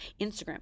Instagram